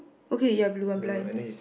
okay you're blue I'm blind